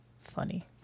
funny